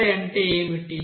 Xi అంటే ఏమిటి